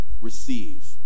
receive